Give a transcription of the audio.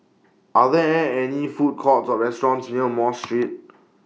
Are There An any Food Courts Or restaurants near Mosque Street